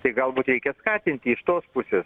tai galbūt reikia skatinti iš tos pusės